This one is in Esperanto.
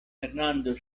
fernando